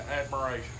admiration